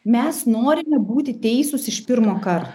mes norime būti teisūs iš pirmo karto